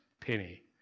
penny